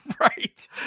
Right